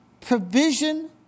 Provision